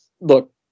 look